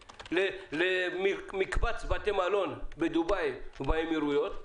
למקבץ בתי מלון בדובאי ובאמירויות,